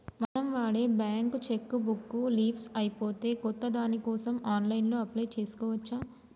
మనం వాడే bank cheque book leafs అయిపోతే కొత్త దానికోసం ఆన్లైన్లో అప్లై చేసుకోవచ్చు